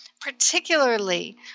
particularly